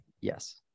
Yes